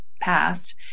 past